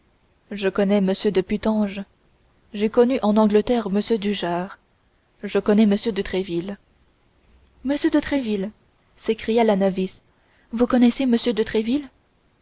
je connais m de putange j'ai connu en angleterre m dujart je connais m de tréville m de tréville s'écria la novice vous connaissez m de tréville